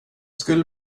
skulle